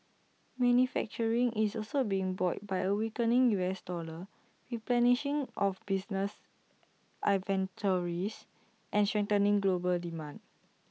manufacturing is also being buoyed by A weakening U S dollar replenishing of business inventories and strengthening global demand